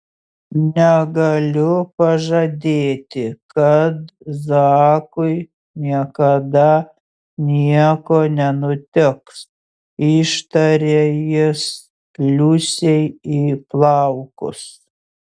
negaliu pažadėti kad zakui niekada nieko nenutiks ištarė jis liusei į plaukus